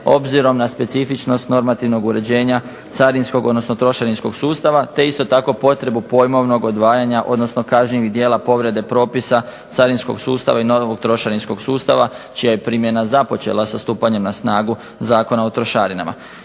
obzirom na specifičnost normativnog uređenja carinskog odnosno trošarinskog sustava, te isto tako pojmovnu potrebu odvajanja odnosno kažnjivih djela povrede propisa carinskog sustava i novog trošarinskog sustava čija je primjena započela sa stupanjem na snagu Zakona o trošarinama.